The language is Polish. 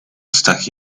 ustach